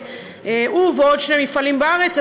הוא ועוד שני מפעלים בארץ.